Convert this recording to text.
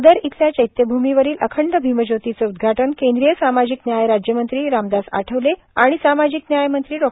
दादर येथील चैत्यभूमीवरील अखंड भीमज्योतीचं उद्घाटन केंद्रीय सामाजिक न्याय राज्यमंत्री रामदास आठवले वआणि सामाजिक न्याय मंत्री डॉ